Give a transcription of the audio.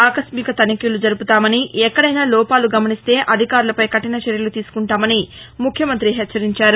ఆకస్మిక తనిఖీలు జరుపుతామని ఎక్కడైనా లోపాలు గమనిస్తే అధికారులపై కఠినచర్యలు తీసుకుంటామని ముఖ్యమంతి హెచ్చరించారు